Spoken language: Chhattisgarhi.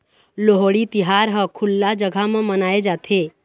लोहड़ी तिहार ह खुल्ला जघा म मनाए जाथे